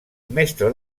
mestre